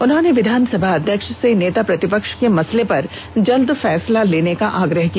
उन्होंने विधान सभा अध्यक्ष से नेता प्रतिपक्ष के मसले पर जल्द फैसला लेने का आग्रह किया